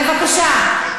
בבקשה.